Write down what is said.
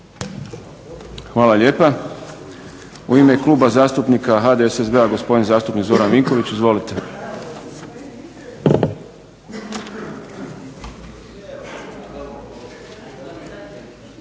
Hvala lijepa. U ime Kluba zastupnika HDSSB-a gospodin zastupnik Zoran Vinković. Izvolite. …